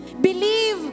Believe